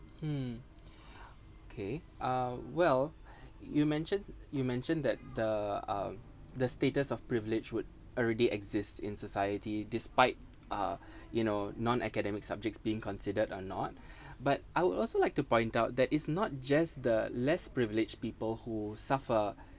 mm okay uh well you mentioned you mentioned that the uh the status of privilege would already exist in society despite uh you know non-academic subjects being considered or not but I would also like to point out that it's not just the less privileged people who suffer